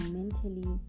mentally